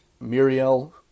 Muriel